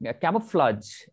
Camouflage